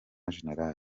gen